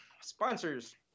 sponsors